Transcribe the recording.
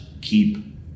keep